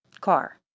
car